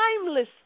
timeless